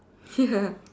ya